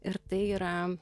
ir tai yra